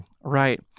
Right